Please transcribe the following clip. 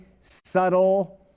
subtle